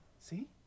see